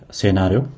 scenario